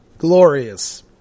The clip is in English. glorious